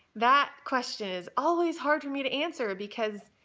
that question is always hard for me to answer because